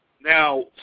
Now